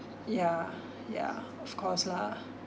ya ya of course lah